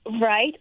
Right